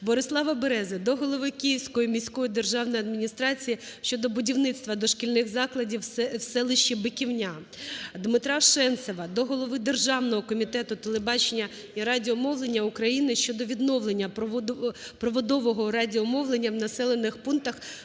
Борислава Берези до голови Київської міської державної адміністрації щодо будівництва дошкільних закладів в селищіБиківня. Дмитра Шенцева до голови Державного комітету телебачення і радіомовлення України щодо відновлення проводового радіомовлення в населених пунктах